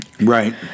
Right